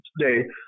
today